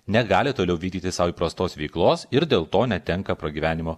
negali toliau vykdyti sau įprastos veiklos ir dėl to netenka pragyvenimo